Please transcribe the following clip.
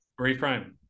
reframe